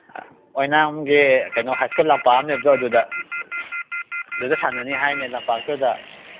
ꯑꯣꯏꯅꯥꯝꯒꯤ ꯀꯩꯅꯣ high school ꯂꯝꯄꯥꯛ ꯑꯃ ꯂꯩꯕꯗꯣ ꯑꯗꯨꯗ ꯑꯗꯨꯗ ꯁꯥꯟꯅꯅꯤ ꯍꯥꯏꯅꯦ ꯂꯝꯄꯥꯛꯇꯨꯗ